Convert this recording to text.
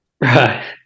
right